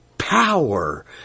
Power